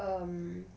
um